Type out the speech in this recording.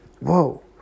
Whoa